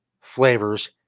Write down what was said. flavors